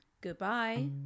goodbye